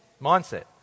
mindset